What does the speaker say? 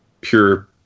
pure